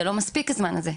זה לא מספיק הזמן הזה.